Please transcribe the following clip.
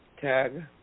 tag